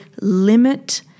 limit